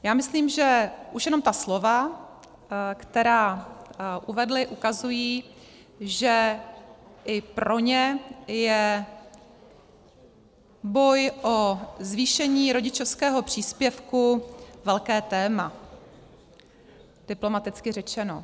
Já myslím, že už jenom ta slova, která uvedli, ukazují, že i pro ně je boj o zvýšení rodičovského příspěvku velké téma, diplomaticky řečeno.